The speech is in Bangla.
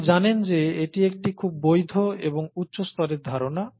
আপনি জানেন যে এটি একটি খুব বৈধ এবং উচ্চ স্তরের ধারণা